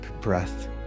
breath